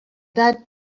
that